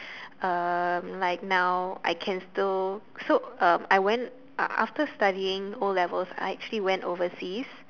um like now I can still so uh I went uh after studying O-levels I actually went overseas